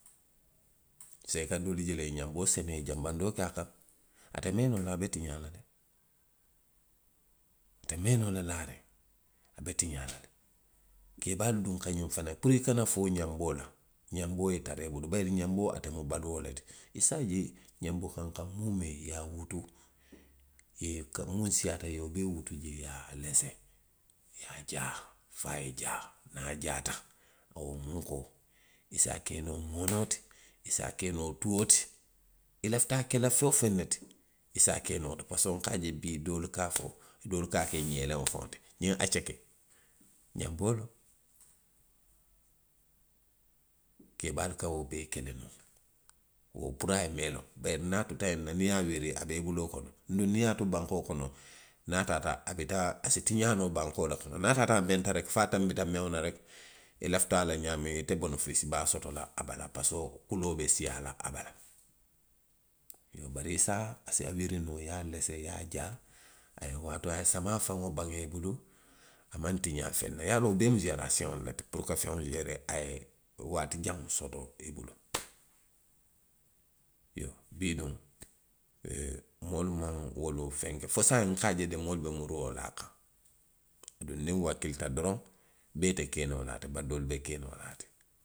Saayiŋ i ka doolu je le, i ye ňanboo sene, i ye janbandoo ke a kaŋ. ate mee noo la, a be tiňaa la le. Ate mee noo la laariŋ. a be tiňaa la le. keebaalu duŋ ka ňiŋ fanaŋ fo le puru i kana foo ňanboo la, ňanboo ye tara i bulu. bayiri ňanboo, ate mu baluo le ti. A se a je, ňanbi kankaŋ muumee i ye a wutu. i ye karu; muŋ siiyaata jee, i ye wo bee wutu jee, i ye a lese. i ye a jaa fo a ye jaa. Niŋ a jaata, wo munkoo, i se a ke noo moonoo ti. i se a ke noo tuo ti. i lafita a ke la feŋ woo feŋ ne ti, i se a ke noo wo ti. parisiko bii, nka je bii doolu ka fo, doolu ka a ke ňeeleŋo faŋo ti? Ňiŋ aceke, ňanboo loŋ. keebaalu ka wo be ke le nuŋ. wo, puru a ye mee loŋ. bayiri niŋ a tuta ňiŋ na, niŋ i ye a wuri, a be i buloo kono. duŋ niŋ i ye a tu bankoo kono. niŋ a taata, a bi taa. a si tiňaa noo bankoo la fanaŋ. Niŋ a taata a menta reki fo a tanbita meŋo la reki. i lafita a la ňaamiŋ. ite bonofisi baa soto a bala parisiko kuloo be siiyaa la a bala. Iyoo bari i se a, i se a wuri noo, i ye a lese, i ye a jaa, a ye waatoo, ise samaa faŋo baŋ i bulu, a maŋ tiňaa feŋ na. I ye a loŋ wo bee mu seerasiyoŋolu le ti puru ko ka feŋ seeree a ye waati jaŋo soto i bulu. Iyoo, bii duŋ,. moolu maŋ wolu fenke fo saayiŋ nka a je de moolu be muruo la a kaŋ. Aduŋ niŋ nwakkilita doroŋ. bee te ke noo la a ti, bari doolu be ke noo la a ti le.